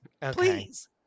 Please